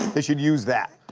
they should use that.